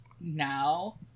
now